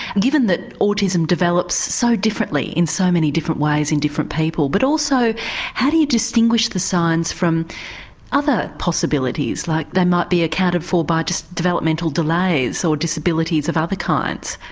given that autism develops so differently in so many different ways in different people. but also how do you distinguish the signs from other possibilities, like they might be accounted for by just developmental delays or disabilities of other kinds?